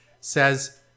says